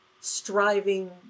striving